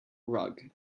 rug